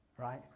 right